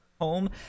home